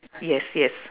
yes yes